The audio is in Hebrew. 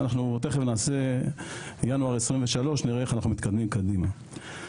ותכף נעשה ינואר 2023 ונראה איך אנחנו מתקדמים קדימה.